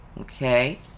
Okay